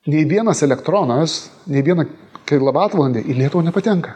nei vienas elektronas nė viena kilovatvalandė į lietuvą nepatenka